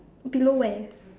below where